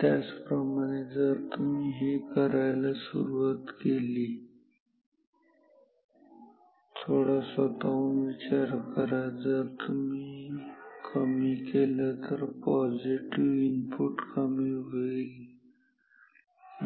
त्याचप्रमाणे जर तुम्ही हे कमी करायला सुरुवात केली थोडा स्वतःहून विचार करा जर तुम्ही कमी केलं तर हा पॉझिटिव्ह इनपुट कमी होईल